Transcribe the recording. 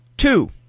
Two